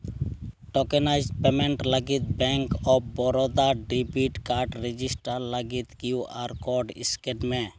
tokenised payment ᱞᱟᱹᱜᱤᱫ bank of Baroda debit card register ᱞᱟᱹᱜᱤᱫ Q R code scan ᱢᱮ